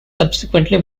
subsequently